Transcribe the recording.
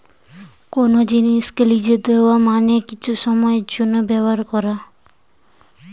কোন জিনিসকে লিজে দেওয়া মানে কিছু সময়ের জন্যে ব্যবহার করা